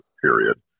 Period